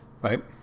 Right